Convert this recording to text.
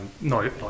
no